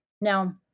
Now